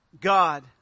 God